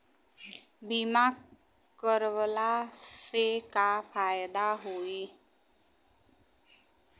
बीमा करवला से का फायदा होयी?